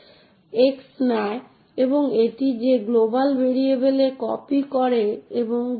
access control mechanism আরও জটিল হয়ে উঠছে